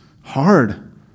hard